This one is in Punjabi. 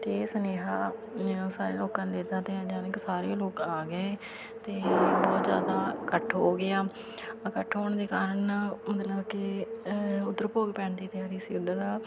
ਅਤੇ ਇਹ ਸੁਨੇਹਾ ਨ ਸਾਰੇ ਲੋਕਾਂ ਨੂੰ ਦਿੱਤਾ ਤਾਂ ਯਾਨੀ ਕਿ ਸਾਰੇ ਲੋਕ ਆ ਗਏ ਅਤੇ ਬਹੁਤ ਜ਼ਿਆਦਾ ਇਕੱਠ ਹੋ ਗਿਆ ਇਕੱਠ ਹੋਣ ਦੇ ਕਾਰਨ ਮਤਲਬ ਕਿ ਉੱਧਰੋ ਭੋਗ ਪੈਣ ਦੀ ਤਿਆਰੀ ਸੀ ਉੱਦਾਂ ਦਾ